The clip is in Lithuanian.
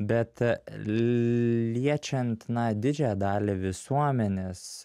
bet liečiant na didžiąją dalį visuomenės